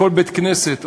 בכל בית-כנסת,